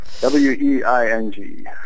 W-E-I-N-G